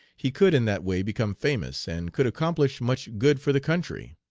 he could in that way become famous, and could accomplish much good for the country.